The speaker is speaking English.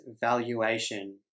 valuation